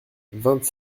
vingt